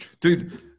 Dude